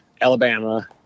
Alabama